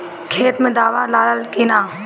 खेत मे दावा दालाल कि न?